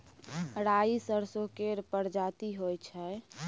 राई सरसो केर परजाती होई छै